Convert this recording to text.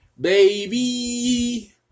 baby